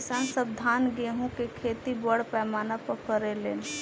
किसान सब धान गेहूं के खेती बड़ पैमाना पर करे लेन